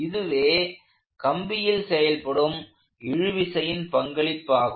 இதுவே கம்பியில் செயல்படும் இழுவிசையின் பங்களிப்பாகும்